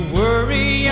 worry